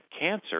cancer